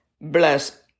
bless